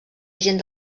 gent